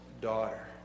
daughter